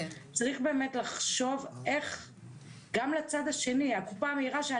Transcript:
גם לצד השני, הקופה המהירה, זו